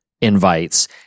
invites